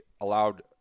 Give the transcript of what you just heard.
allowed